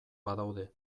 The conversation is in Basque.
badaude